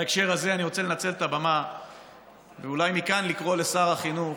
בהקשר הזה אני רוצה לנצל את הבמה ואולי מכאן לקרוא לשר החינוך